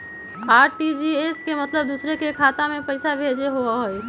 RTGS के मतलब दूसरे के खाता में पईसा भेजे होअ हई?